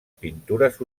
pintures